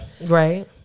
Right